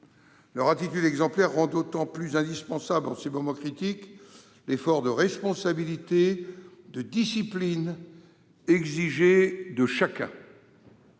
Leur attitude exemplaire rend d'autant plus indispensable, en ces moments critiques, l'effort de responsabilité et de discipline exigé de chacun.